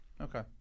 Okay